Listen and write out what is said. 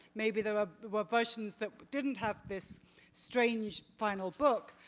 maybe there were were versions that didn't have this strange final book.